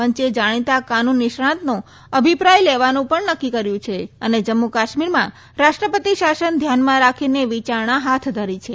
પંચે જાણીતા કાનૂન નિષ્ણાંતનો અભિપ્રાય લેવાનું પણ નકકી કર્યુ છે અને જમ્મુ કાશ્મીરમાં રાષ્ટ્રપતિ શાસન ધ્યાનમાં રાખીને વિચારણા હાથ ધરી છે